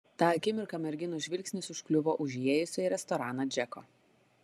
tą akimirką merginos žvilgsnis užkliuvo už įėjusio į restoraną džeko